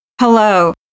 Hello